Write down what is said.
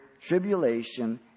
tribulation